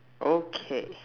okay